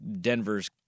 Denver's